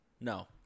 No